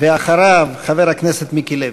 אחריו, חבר הכנסת מיקי לוי.